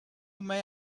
may